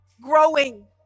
growing